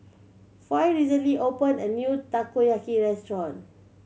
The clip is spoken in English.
Foy recently opened a new Takoyaki restaurant